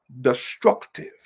destructive